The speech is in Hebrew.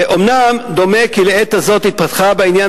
אומנם דומה כי לעת הזאת התפתחה בעניין